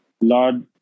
Lord